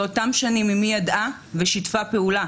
באותן שנים אימי ידעה ושיתפה פעולה